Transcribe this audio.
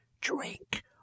Drink